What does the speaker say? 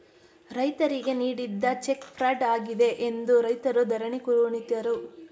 ರೈತರಿಗೆ ನೀಡಿದ cheque fraud ಆಗಿದೆ ಎಂದು ರೈತರು ಧರಣಿ ಕುಳಿತರು